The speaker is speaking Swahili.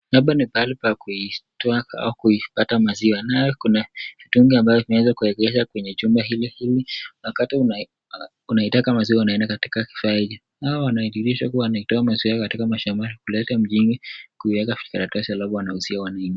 Hapa ni pahali pa kuitoa au kuipata maziwa. Naye kuna mitungi ambayo imeweza kuwekezwa kwenye chumba hili ili wakati unaitaka maziwa unaenda katika kifaa hili. Hapa wanajulishwa kuwa wanaitoa maziwa katika mashamba na kuleta mjini kuiweka vijikaratasi halafu wanauzia wateja.